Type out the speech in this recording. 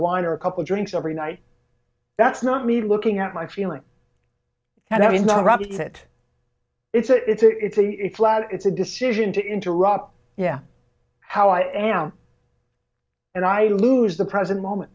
wine or a couple drinks every night that's not me looking at my feeling and i'm not rubbing it it's a it's a it's a it's a lot it's a decision to interrupt yeah how i am and i lose the present moment